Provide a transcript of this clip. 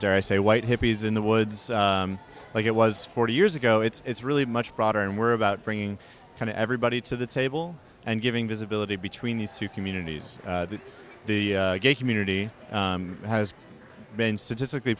say white hippies in the woods like it was forty years ago it's really much broader and we're about bringing kind of everybody to the table and giving visibility between these two communities that the gay community has been statistically